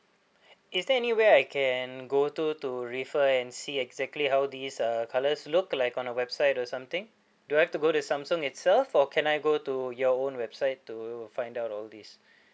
is there any way I can go to to refer and see exactly how these uh colours look like on a website or something do I have to go samsung itself or can I go to your own website to find out all these